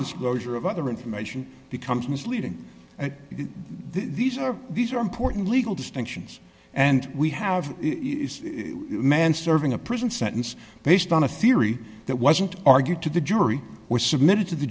disclosure of other information becomes misleading because these are these are important legal distinctions and we have a man serving a prison sentence based on a theory that wasn't argued to the jury was submitted to the